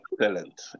Excellent